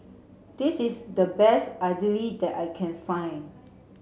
this is the best idly that I can find